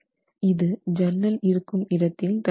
இது ஜன்னல் இருக்கும் இடத்தில் தர வேண்டும்